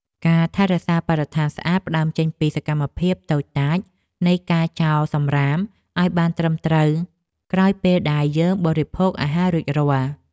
ការថែរក្សាបរិស្ថានស្អាតផ្តើមចេញពីសកម្មភាពតូចតាចនៃការចោលសម្រាមឲ្យបានត្រឹមត្រូវក្រោយពេលដែលយើងបរិភោគអាហាររួចរាល់។